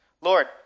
Lord